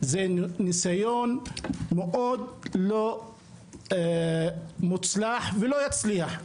זה ניסיון מאוד לא מוצלח ולא יצליח,